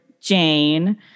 Jane